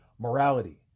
morality